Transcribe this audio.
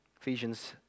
Ephesians